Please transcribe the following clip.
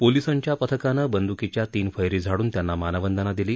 पोलिसांच्या पथकानं बंद्कीच्या तीन फैरी झाडून त्यांना मानवंदना दिली